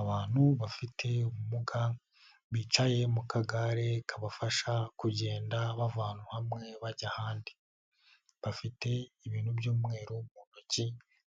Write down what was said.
Abantu bafite ubumuga bicaye mu kagare kabafasha kugenda bava ahantu hamwe bajya ahandi, bafite ibintu by'umweru mu ntoki